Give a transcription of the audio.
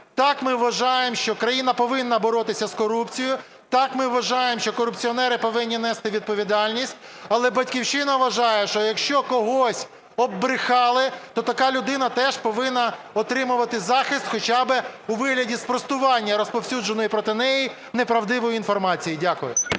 Так, ми вважаємо, що країна повинна боротися з корупцією. Так, ми вважаємо, що корупціонери повинні нести відповідальність. Але "Батьківщина" вважає, що якщо когось оббрехали, то така людина теж повинна отримувати захист хоча би у вигляді спростування розповсюдженої проти неї неправдивої інформації. Дякую.